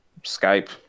skype